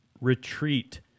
retreat